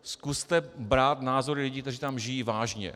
Zkuste brát názor lidí, kteří tam žijí, vážně.